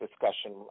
discussion